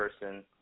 person